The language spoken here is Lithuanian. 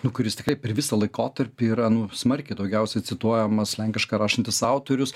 nu kuris tikrai per visą laikotarpį yra nu smarkiai daugiausiai cituojamas lenkiškai rašantis autorius